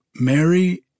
Mary